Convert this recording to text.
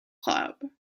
club